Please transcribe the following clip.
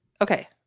okay